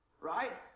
right